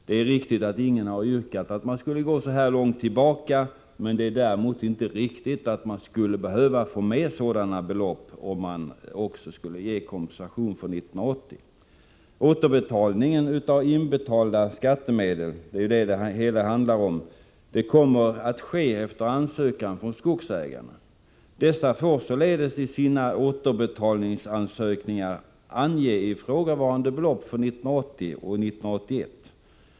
Det är riktigt att ingen har yrkat att man skulle gå så här långt tillbaka, men det är däremot inte riktigt att man skulle behöva få med sådana belopp, om man också skulle ge kompensation för 1980. Återbetalning av inbetalade skattemedel — det är ju detta det handlar om -— kommer att ske efter ansökan från skogsägarna. Dessa får således i sina återbetalningsansökningar ange ifrågavarande belopp för åren 1980 och 1981.